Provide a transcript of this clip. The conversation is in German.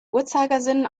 uhrzeigersinn